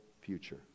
future